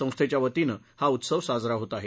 संस्थेच्या वतीनं हा उत्सव साजरा होत आहे